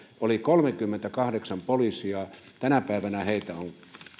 oli kolmekymmentäkahdeksan poliisia tänä päivänä heitä on